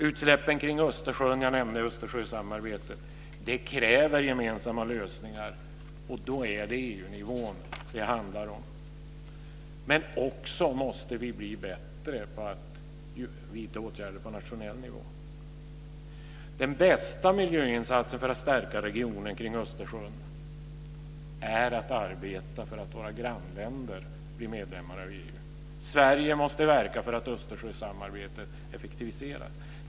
Utsläppen kring Östersjön - jag nämnde Östersjösamarbetet - kräver gemensamma lösningar, och då är det EU-nivån som det handlar om. Men vi måste också bli bättre på att vidta åtgärder på nationell nivå. Den bästa miljöinsatsen för att stärka regionerna kring Östersjön är att arbeta för att våra grannländer blir medlemmar av EU. Sverige måste verka för att Östersjösamarbetet effektiviseras.